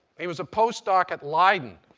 he was a postdoc at leiden.